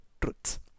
truths